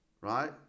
right